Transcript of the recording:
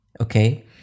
Okay